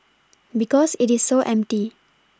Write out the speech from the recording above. because it is so empty